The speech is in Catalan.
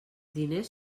diners